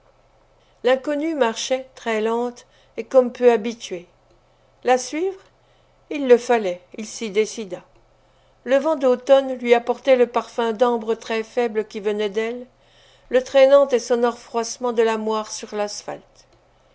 l'inconnue marchait très lente et comme peu habituée la suivre il le fallait il s'y décida le vent d'automne lui apportait le parfum d'ambre très faible qui venait d'elle le traînant et sonore froissement de la moire sur l'asphalte